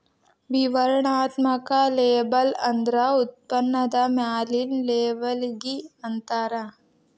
ವಿವರಣಾತ್ಮಕ ಲೇಬಲ್ ಅಂದ್ರ ಉತ್ಪನ್ನದ ಮ್ಯಾಲಿನ್ ಲೇಬಲ್ಲಿಗಿ ಅಂತಾರ